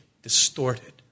Distorted